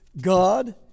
God